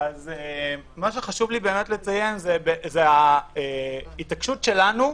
מה שחשוב לי לציין זה ההתעקשות שלנו,